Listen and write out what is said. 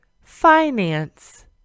finance